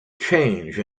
change